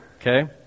Okay